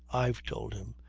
i've told him.